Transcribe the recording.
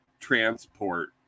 transport